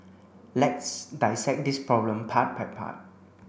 let's dissect this problem part by part